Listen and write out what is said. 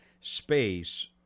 space